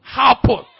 happen